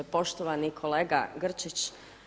Poštovani kolega Grčić.